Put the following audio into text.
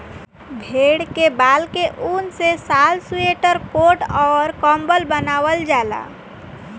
भेड़ के बाल के ऊन से शाल स्वेटर कोट अउर कम्बल बनवाल जाला